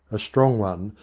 a strong one,